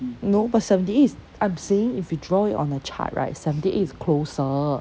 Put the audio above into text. no but seventy eight is I'm saying if you draw it on a chart right seventy eight is closer